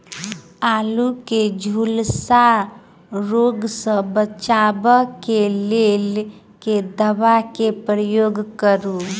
आलु केँ झुलसा रोग सऽ बचाब केँ लेल केँ दवा केँ प्रयोग करू?